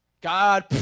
God